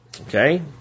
Okay